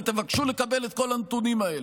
ותבקשו לקבל את כל הנתונים האלה.